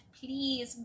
please